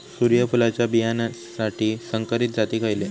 सूर्यफुलाच्या बियानासाठी संकरित जाती खयले?